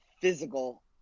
physical